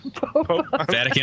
vatican